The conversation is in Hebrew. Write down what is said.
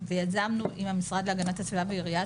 ויזמנו עם המשרד להגנת הסביבה ועיריית